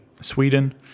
Sweden